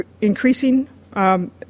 increasing